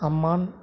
அம்மான்